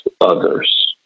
others